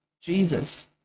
Jesus